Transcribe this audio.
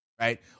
Right